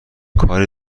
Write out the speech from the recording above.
کاری